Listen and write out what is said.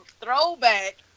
throwback